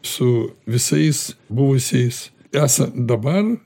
su visais buvusiais esam dabar